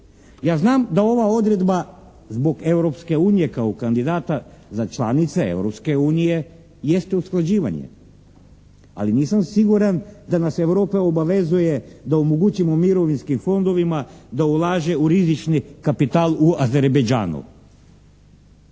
Ja znam da ova odredba zbog Europske unije kao kandidata za članice Europske unije, jeste usklađivanje, ali nisam siguran da nas Europa obavezuje da omogućimo mirovinskim fondovima da ulaže u rizični kapital u Azerebeđanu.